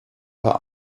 paar